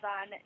on